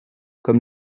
comme